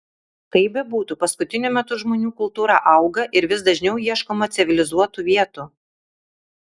kaip bebūtų paskutiniu metu žmonių kultūra auga ir vis dažniau ieškoma civilizuotų vietų